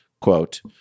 quote